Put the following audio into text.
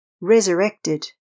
resurrected